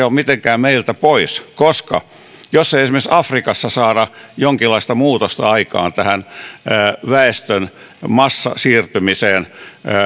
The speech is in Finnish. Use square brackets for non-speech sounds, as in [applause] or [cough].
[unintelligible] ole mitenkään meiltä pois koska jos ei esimerkiksi afrikassa saada jonkinlaista muutosta aikaan tähän väestön massasiirtymiseen